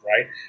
right